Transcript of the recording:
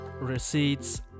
receipts